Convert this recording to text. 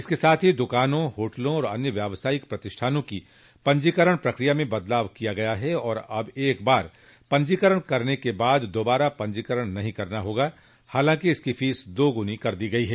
इसके साथ ही दुकानों होटलों और अन्य व्यवसायिक प्रतिष्ठानों की पंजीकरण की प्रक्रिया में बदलाव किया गया है और अब एक बार पजीकरण करने के बाद दोबारा पंजीकरण नहीं करना होगा हालांकि इसकी फीस दोगुनी कर दी गई है